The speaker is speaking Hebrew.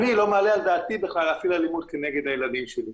אני לא מעלה על דעתי בכלל להפעיל אלימות כנגד הילדים שלי.